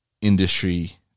industry